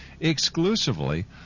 exclusively